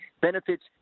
benefits